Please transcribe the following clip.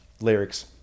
lyrics